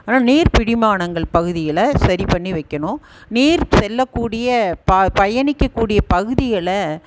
ஆனால் நீர் பிடிமானங்கள் பகுதியில் சரி பண்ணி வைக்கணும் நீர் செல்லக்கூடிய ப பயணிக்கக்கூடிய பகுதியில்